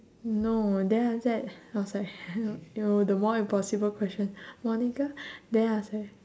no then after that I was like no the more impossible question monica then I was like